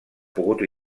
pogut